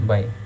Bye